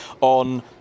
on